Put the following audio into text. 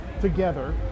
together